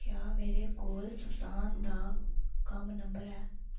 क्या मेरे कोल सुसान दा कम्म नंबर ऐ